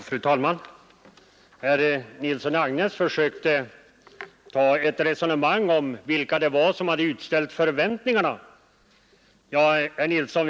Fru talman! Herr Nilsson i Agnäs försökte ta upp ett resonemang om vilka som hade skapat förväntningarna i Vindelälvsområdet.